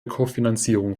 kofinanzierung